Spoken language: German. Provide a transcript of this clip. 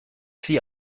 sie